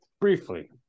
briefly